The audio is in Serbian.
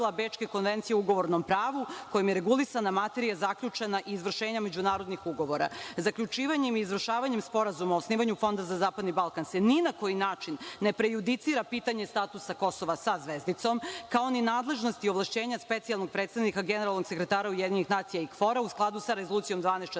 Bečke konvencije u ugovornom pravu, kojom je regulisana materija zaključena izvršenjem međunarodnih ugovora. Zaključivanjem i izvršavanjem Sporazuma o osnivanju Fonda za zapadni Balkan se ni na koji način ne prejudicira pitanje statusa Kosova, sa zvezdicom, kao ni nadležnost i ovlašćenja Specijalnog predstavnika Generalnog sekretara UN i KFOR-a, u skladu sa Rezolucijom 1244